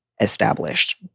established